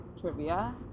Trivia